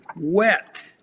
wet